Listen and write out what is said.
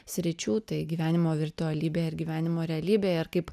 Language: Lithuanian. sričių tai gyvenimo virtualybėje ir gyvenimo realybėje ir kaip